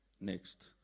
Next